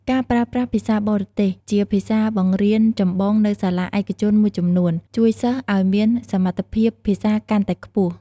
ការប្រើប្រាស់ភាសាបរទេស ជាភាសាបង្រៀនចម្បងនៅសាលាឯកជនមួយចំនួន ជួយសិស្សឱ្យមានសមត្ថភាពភាសាកាន់តែខ្ពស់។